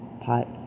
pot